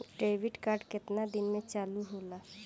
Debit card केतना दिन में चालु होला?